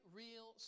real